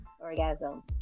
orgasm